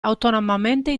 autonomamente